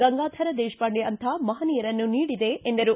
ಗಂಗಾಧರ ದೇಶಪಾಂಡೆ ಅಂಥ ಮಹನೀಯರನ್ನು ನೀಡಿದೆ ಎಂದರು